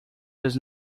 does